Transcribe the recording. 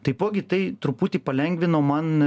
taipogi tai truputį palengvino man